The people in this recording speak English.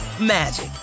magic